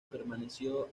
permaneció